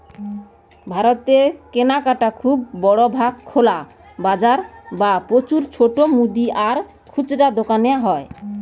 ভারতের কেনাকাটা খুব বড় ভাগ খোলা বাজারে বা প্রচুর ছোট মুদি আর খুচরা দোকানে হয়